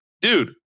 dude